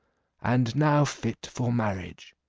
and now fit for marriage.